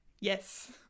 yes